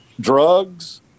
drugs